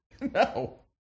no